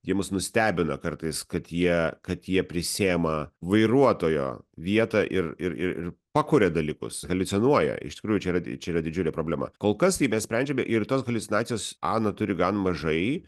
jie mus nustebina kartais kad jie kad jie prisiima vairuotojo vietą ir ir ir ir pakuria dalykus haliucionuoja iš tikrųjų čia yra čia yra didžiulė problema kol kas tai mes sprendžiame ir tos haliucinacijos ana turi gan mažai